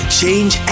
change